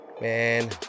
man